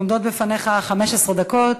עומדות בפניך 15 דקות.